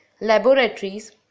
laboratories